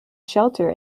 shelter